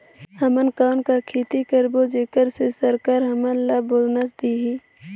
हमन कौन का खेती करबो जेकर से सरकार हमन ला बोनस देही?